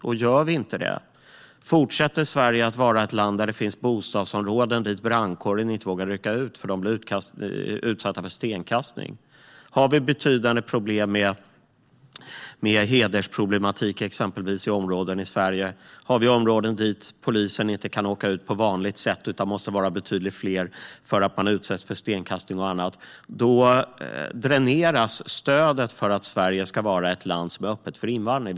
Om vi inte gör det fortsätter Sverige att vara ett land där det finns bostadsområden dit brandkåren inte vågar rycka ut därför att de blir utsatta för stenkastning. Om vi har betydande problem med exempelvis hedersproblematik i områden i Sverige och om vi har områden som polisen inte kan åka ut till på vanligt sätt utan måste vara betydligt fler därför att de utsätts för stenkastning och annat dräneras stödet för att Sverige ska vara ett land som är öppet för invandring.